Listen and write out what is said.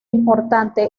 importante